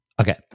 Okay